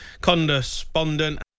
Condespondent